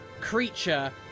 creature